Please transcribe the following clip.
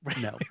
No